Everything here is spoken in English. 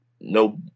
no